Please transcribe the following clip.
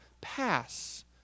pass